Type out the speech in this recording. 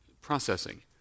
processing